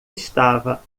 estava